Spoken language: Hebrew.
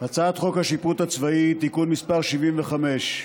אנחנו עוברים להצעת חוק השיפוט הצבאי (תיקון מס' 75),